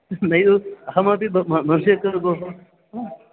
नैव अहमपि भोः हा